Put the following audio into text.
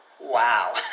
Wow